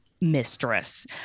mistress